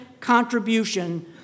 contribution